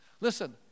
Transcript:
Listen